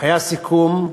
היה סיכום,